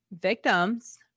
victims